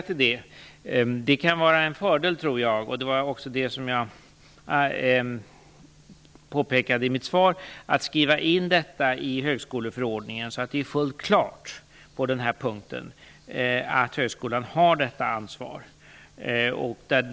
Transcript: Som jag påpekade i mitt svar tror jag att det kan vara en fördel att skriva in detta i högskoleförordningen, så att det råder full klarhet på den här punkten: högskolan har detta ansvar.